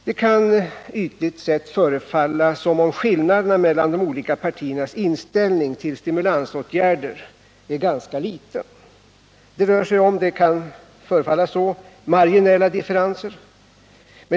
Det kan ytligt sett förefalla som om skillnaderna mellan de olika partiernas inställning till stimulansåtgärder är ganska små. Det rör sig om — det kan förefalla så — marginella differenser.